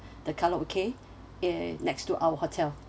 the karaoke ye~ next to our hotel